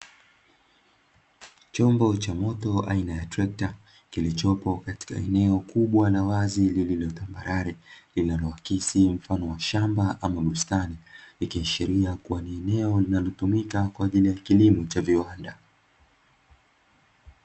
Chombo cha moto aina ya trekta kilichopo katika eneo kubwa la wazi lililo tambarare, linaloakisi mfano wa shamba ama bustani. Ikiashiria kuwa ni eneo linalotumika kwa ajili ya kilimo cha viwanda.